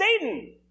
Satan